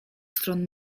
stron